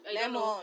lemon